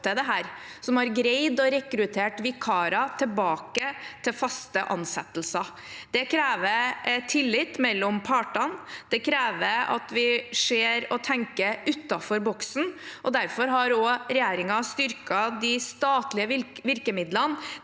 som har greid å rekruttere vikarer tilbake til faste ansettelser. Det krever tillit mellom partene, og det krever at vi ser og tenker utenfor boksen. Derfor har også regjeringen styrket de statlige virkemidlene